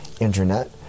internet